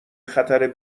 خطر